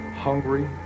hungry